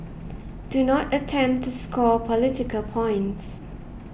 do not attempt to score political points